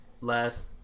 last